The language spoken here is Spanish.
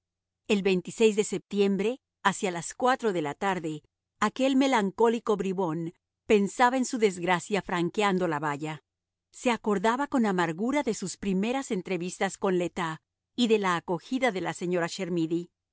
el de septiembre hacia las cuatro de la tarde aquel melancólico bribón pensaba en su desgracia franqueando la valla se acordaba con amargura de sus primeras entrevistas con le tas y de la acogida de la señora